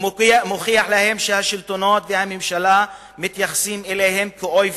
ומוכיח להם שהשלטונות והממשלה מתייחסים אליהם כאל אויבים.